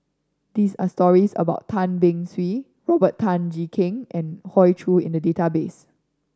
there are stories about Tan Beng Swee Robert Tan Jee Keng and Hoey Choo in the database